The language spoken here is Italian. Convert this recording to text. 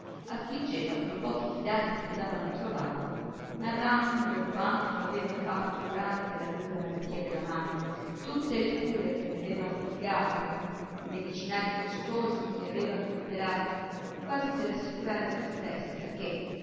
affliggeva quei pochi fidati che andavano a trovarla narrando quanto aveva fatto durante la lunga malattia della madre tutte le cure che le aveva prodigate i medicinali costosi che le aveva comperati quasi per assicurare se stessa che